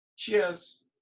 cheers